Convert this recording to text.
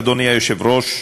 אדוני היושב-ראש,